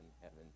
heaven